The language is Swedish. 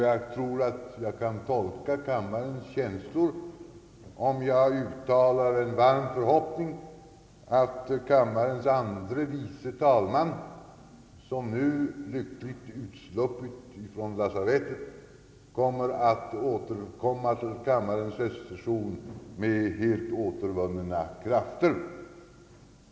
Jag tror att jag tolkar kammarens känslor om jag uttalar en varm förhoppning att kammarens andre vice talman, som nu lyckligt utsluppit från lasarettet, kommer att återvända till kammarens höstsession med helt återvunna krafter.